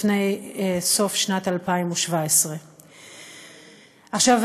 לפני סוף שנת 2017. עכשיו,